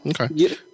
okay